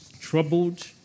troubled